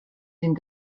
den